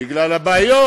בגלל הבעיות,